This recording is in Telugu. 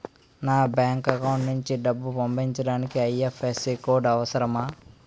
నా బ్యాంక్ అకౌంట్ నుంచి డబ్బు పంపించడానికి ఐ.ఎఫ్.ఎస్.సి కోడ్ అవసరమా?